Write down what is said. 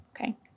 Okay